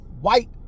white